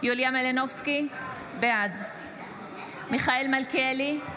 יוליה מלינובסקי, בעד מיכאל מלכיאלי,